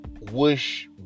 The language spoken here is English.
wish